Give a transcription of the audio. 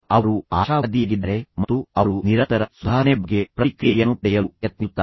ಅವರು ಆಶಾವಾದಿಯಾಗಿದ್ದಾರೆ ಮತ್ತು ಅವರು ನಿರಂತರ ಸುಧಾರಣೆ ಬಗ್ಗೆ ಪ್ರತಿಕ್ರಿಯೆಯನ್ನು ಪಡೆಯಲು ಪ್ರಯತ್ನಿಸುತ್ತಾರೆ